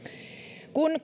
kun